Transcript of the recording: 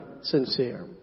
sincere